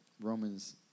Romans